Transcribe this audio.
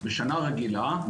בשנה רגילה,